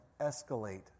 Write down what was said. escalate